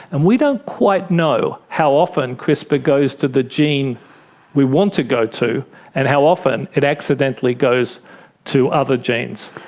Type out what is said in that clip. and we don't quite know how often crispr goes to the gene we want to go to and how often often it accidentally goes to other genes.